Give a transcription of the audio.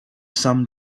some